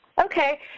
Okay